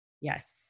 Yes